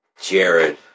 Jared